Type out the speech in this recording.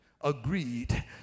agreed